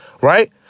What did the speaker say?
right